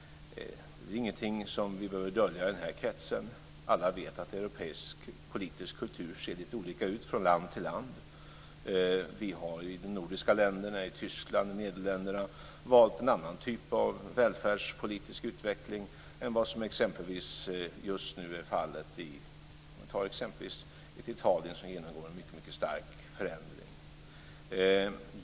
Det är väl ingenting som vi behöver dölja i den här kretsen. Alla vet att europeisk politisk kultur ser lite olika ut från land till land. De nordiska länderna, Tyskland och Nederländerna har valt en annan typ av välfärdspolitisk utveckling än vad som just nu är fallet exempelvis i ett Italien som genomgår en mycket stark förändring.